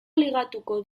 ligatuko